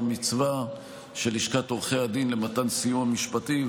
מצווה של לשכת עורכי הדין למתן סיוע משפטי.